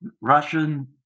Russian